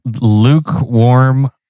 lukewarm